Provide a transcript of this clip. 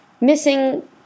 missing